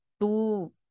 two